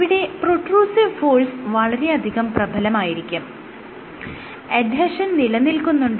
ഇവിടെ protrusive force വളരെയധികം പ്രബലമായിരിക്കും എഡ്ഹെഷൻ നിലനിൽക്കുന്നുണ്ട്